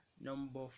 number